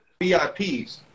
VIPs